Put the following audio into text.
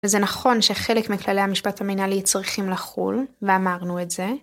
וזה נכון שחלק מכללי המשפט המנהלי צריכים לחול, ואמרנו את זה.